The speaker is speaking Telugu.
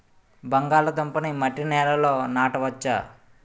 బంగాళదుంప నీ మట్టి నేలల్లో నాట వచ్చా?